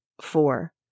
Four